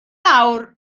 lawr